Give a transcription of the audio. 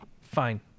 fine